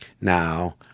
Now